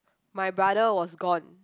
my brother was gone